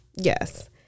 Yes